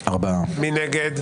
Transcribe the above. מי נגד?